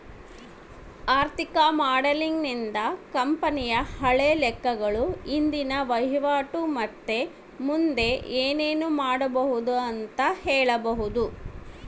ಆರ್ಥಿಕ ಮಾಡೆಲಿಂಗ್ ನಿಂದ ಕಂಪನಿಯ ಹಳೆ ಲೆಕ್ಕಗಳು, ಇಂದಿನ ವಹಿವಾಟು ಮತ್ತೆ ಮುಂದೆ ಏನೆನು ಮಾಡಬೊದು ಅಂತ ಹೇಳಬೊದು